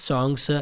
Songs